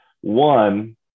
One